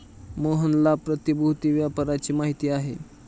मोहनला प्रतिभूति व्यापाराची माहिती आहे